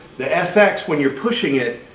the sx, when you're pushing it,